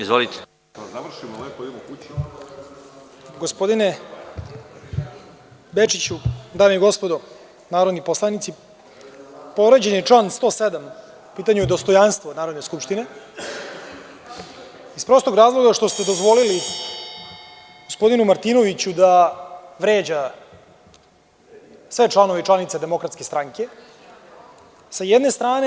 Gospodine Bečiću, dame i gospodo narodni poslanici, povređen je član 107, a u pitanju je dostojanstvo Narodne skupštine, iz prostog razloga što ste dozvolili gospodinu Martinoviću da vređa sve članove i članice DS, sa jedne strane.